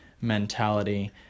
mentality